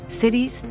cities